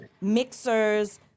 Mixers